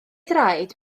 draed